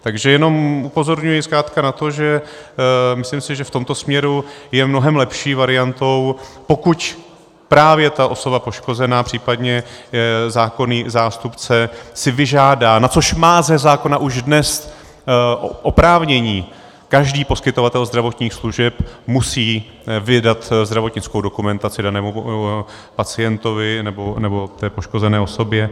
Takže jenom upozorňuji zkrátka na to, že si myslím, že v tomto směru je mnohem lepší variantou, pokud právě osoba poškozená, případně zákonný zástupce, si vyžádá, na což má ze zákona už dnes oprávnění, každý poskytovatel zdravotních služeb, musí vydat zdravotnickou dokumentaci danému pacientovi nebo té poškozené osobě.